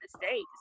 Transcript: mistakes